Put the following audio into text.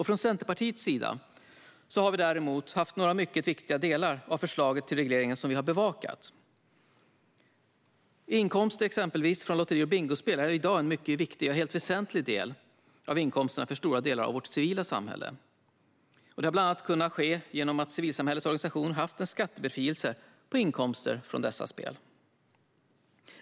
Från Centerpartiets sida har vi bevakat några mycket viktiga delar i förslaget till reglering. Inkomster från exempelvis lotterier och bingospel är i dag en mycket viktig, ja helt väsentlig, del av inkomsterna för stora delar av vårt civila samhälle. Detta har varit möjligt bland annat genom att civilsamhällets organisationer haft en skattebefrielse för inkomster från dessa spel.